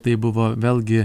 tai buvo vėlgi